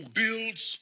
builds